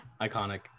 iconic